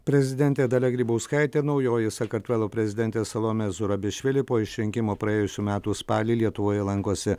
prezidentė dalia grybauskaitė naujoji sakartvelo prezidentėsalomė zurabišvili po išrinkimo praėjusių metų spalį lietuvoje lankosi